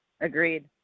Agreed